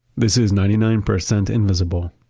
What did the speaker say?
this is ninety nine percent invisible.